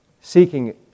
seeking